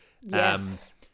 Yes